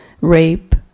rape